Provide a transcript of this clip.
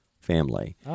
family